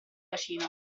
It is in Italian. bacino